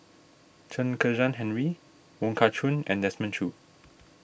Chen Kezhan Henri Wong Kah Chun and Desmond Choo